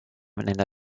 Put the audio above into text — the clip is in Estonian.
nende